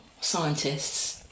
scientists